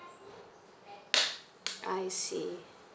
I see